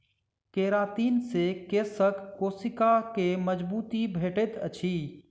keratin से केशक कोशिका के मजबूती भेटैत अछि